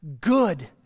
good